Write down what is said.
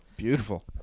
beautiful